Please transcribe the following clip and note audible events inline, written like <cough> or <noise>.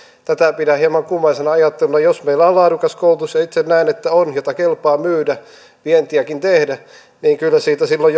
tätä pidän hieman kummallisena ajatteluna jos meillä on laadukas koulutus ja itse näen että on jota kelpaa myydä vientiäkin tehdä niin kyllä siitä silloin <unintelligible>